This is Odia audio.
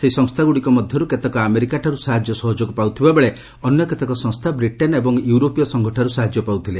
ସେହି ସଂସ୍ଥାଗୁଡ଼ିକ ମଧ୍ୟରୁ କେତେକ ଆମେରିକାଠାରୁ ସାହାଯ୍ୟ ସହଯୋଗ ପାଉଥିବା ବେଳେ ଅନ୍ୟ କେତେକ ସଂସ୍ଥା ବ୍ରିଟେନ୍ ଏବଂ ୟୁରୋପୀୟ ସଂଘଠାରୁ ସାହାଯ୍ୟ ପାଉଥିଲେ